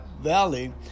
valley